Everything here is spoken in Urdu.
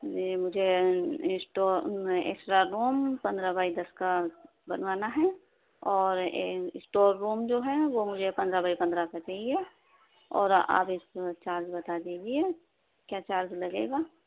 جی مجھے اسٹور ایکسٹرا روم پندرہ بائی دس کا بنوانا ہے اور اسٹور روم جو ہے وہ مجھے پندرہ بائی پندرہ کا چاہیے اور آپ اس کا چارج بتا دیجیے کیا چارج لگے گا